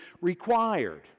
required